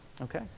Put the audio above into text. okay